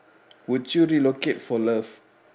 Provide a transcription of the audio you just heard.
would you relocate for love